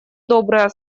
добрые